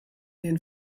den